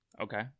Okay